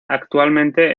actualmente